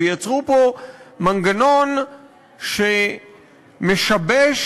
ויצרו פה מנגנון שמשבש